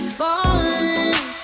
Falling